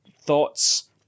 thoughts